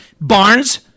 Barnes